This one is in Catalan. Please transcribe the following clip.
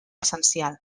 essencial